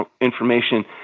information